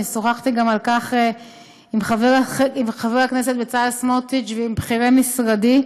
אני שוחחתי על כך עם חבר הכנסת בצלאל סמוטריץ ועם בכירי משרדי,